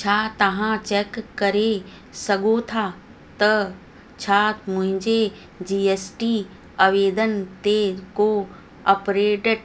छा तव्हां चेक करे सघो था त छा मुंहिंजे जी एस टी आवेदन ते को अप्रेटेट